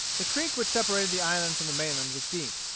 the creek which separated the island from the mainland was deep,